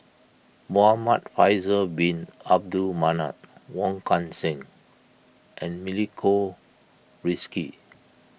Muhamad Faisal Bin Abdul Manap Wong Kan Seng and Milenko Prvacki